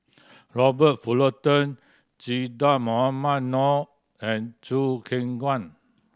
Robert Fullerton Che Dah Mohamed Noor and Choo Keng Kwang